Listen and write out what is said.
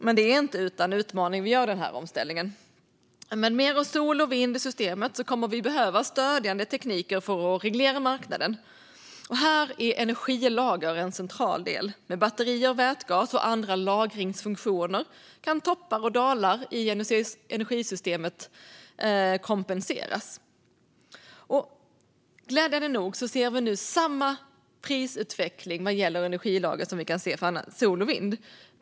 Men det är inte utan utmaning vi gör den omställningen. Med mer sol och vind i systemet kommer vi att behöva stödjande tekniker för att reglera marknaden. Här är energilager en central del. Med batterier, vätgas och andra lagringsfunktioner kan toppar och dalar i energisystemet kompenseras. Glädjande nog ser vi nu samma prisutveckling vad gäller energilager som vi kan se för sol och vind.